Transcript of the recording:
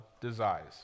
desires